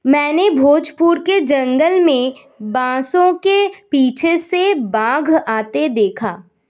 मैंने भोजपुर के जंगल में बांसों के पीछे से बाघ आते देखा